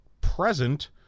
present